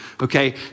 Okay